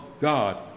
God